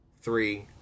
Three